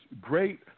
great